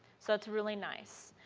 so it's really nice.